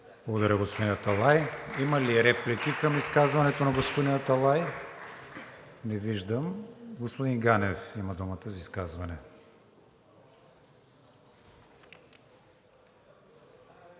Благодаря, господин Аталай. Има ли реплики към изказването на господин Аталай? Не виждам. Господин Ганев има думата за изказване.